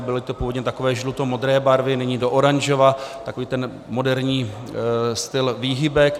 Byly to původně takové žlutomodré barvy, nyní do oranžova, takový ten moderní styl výhybek.